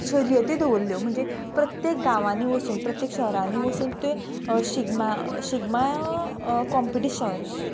शर्यती दवरल्यो म्हणजे प्रत्येक गांवांनी वसून प्रत्येक शहरांनी वसून त्यो शिगम्या शिगम्या कंम्पिटीशन